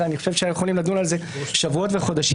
ואני חושב שאנחנו יכולים לדון על זה שבועות וחודשים,